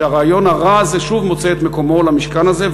שהרעיון הרע הזה שוב מוצא את דרכו למשכן הזה,